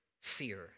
fear